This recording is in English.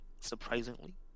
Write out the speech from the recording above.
surprisingly